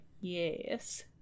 yes